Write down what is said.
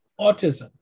autism